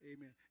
Amen